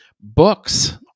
books